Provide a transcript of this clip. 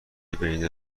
بین